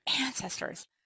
ancestors